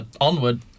Onward